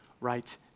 right